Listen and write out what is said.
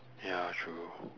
ya true